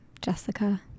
jessica